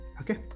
Okay